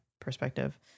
perspective